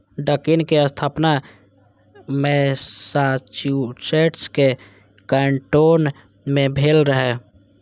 Dunkin के स्थापना Massachusetts के कैन्टोन मे भेल रहै